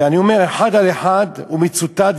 שאני אומר: אחד על אחד הוא מצוטט,